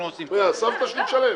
הסבתא שלי תשלם?